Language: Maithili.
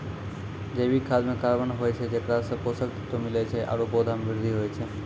जैविक खाद म कार्बन होय छै जेकरा सें पोषक तत्व मिलै छै आरु पौधा म वृद्धि होय छै